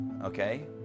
Okay